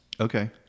Okay